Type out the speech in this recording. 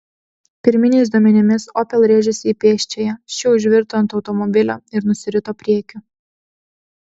pirminiais duomenimis opel rėžėsi į pėsčiąją ši užvirto ant automobilio ir nusirito priekiu